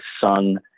son